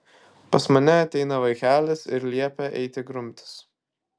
pas mane ateina vaikelis ir liepia eiti grumtis